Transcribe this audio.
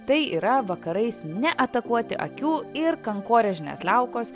tai yra vakarais neatakuoti akių ir kankorėžinės liaukos